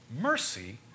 mercy